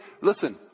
Listen